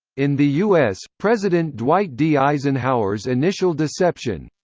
in the us, president dwight d. eisenhower's initial deception